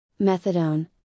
Methadone